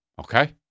Okay